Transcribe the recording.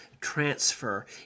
transfer